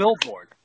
billboard